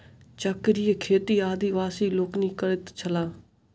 चक्रीय खेती आदिवासी लोकनि करैत छलाह